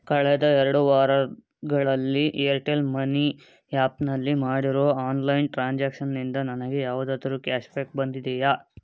ಕಳೆದ ಎರಡು ವಾರಗಳಲ್ಲಿ ಏರ್ಟೆಲ್ ಮನಿ ಆ್ಯಪ್ನಲ್ಲಿ ಮಾಡಿರೋ ಆನ್ಲೈನ್ ಟ್ರಾನ್ಸಾಕ್ಷನ್ನಿಂದ ನನಗೆ ಯಾವುದಾದ್ರೂ ಕ್ಯಾಷ್ಬ್ಯಾಕ್ ಬಂದಿದೆಯಾ